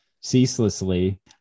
ceaselessly